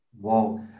Wow